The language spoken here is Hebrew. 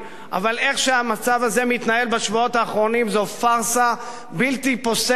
אבל איך שהמצב הזה מתנהל בשבועות האחרונים זו פארסה בלתי פוסקת,